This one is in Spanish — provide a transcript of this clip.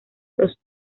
los